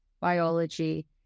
biology